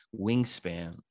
wingspan